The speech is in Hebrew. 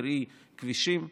כבישים.